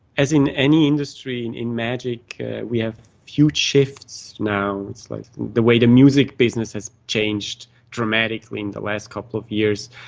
as in any industry, and in magic we have huge shifts now. it's like the way the music business has changed dramatically in the last couple of years,